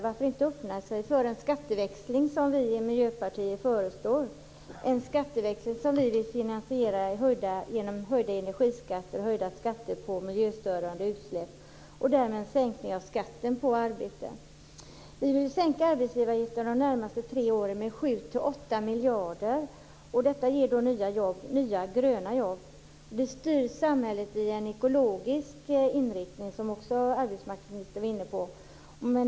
Varför inte öppna sig för en skatteväxling som vi i Miljöpartiet föreslår? Vi vill finansiera en skatteväxling genom höjda energiskatter och höjda skatter på miljöstörande utsläpp och därmed en sänkning av skatten på arbete. Vi vill sänka arbetsgivareavgiften de närmaste tre åren med 7-8 miljarder. Det ger nya gröna jobb, och det styr samhället i en ekologisk inriktning, som arbetsmarknadsministern också var inne på.